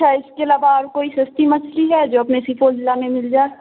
اچھا اس کے علاوہ اور کوئی سستی مچھلی ہے جو اپنے سپول ضلع میں مل جائے